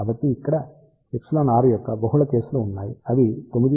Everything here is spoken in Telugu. కాబట్టి ఇక్కడ εr యొక్క బహుళ కేసులు ఉన్నాయి అవి 9